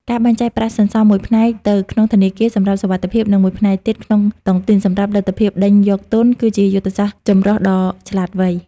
ការបែងចែកប្រាក់សន្សំមួយផ្នែកទៅក្នុងធនាគារ (សម្រាប់សុវត្ថិភាព) និងមួយផ្នែកទៀតក្នុងតុងទីន (សម្រាប់លទ្ធភាពដេញយកទុន) គឺជាយុទ្ធសាស្ត្រចម្រុះដ៏ឆ្លាតវៃ។